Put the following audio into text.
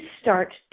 start